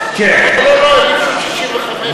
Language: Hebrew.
אם זה 65,